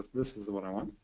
this is the one i want.